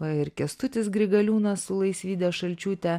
va ir kęstutis grigaliūnas su laisvyde šalčiūte